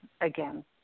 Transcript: again